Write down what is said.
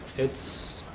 it's,